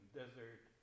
desert